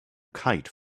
kite